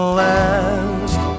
last